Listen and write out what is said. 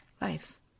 life